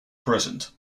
present